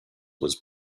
was